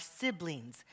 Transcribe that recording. siblings